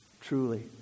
truly